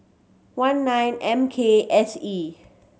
one nine M K S E